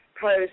post